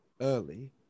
early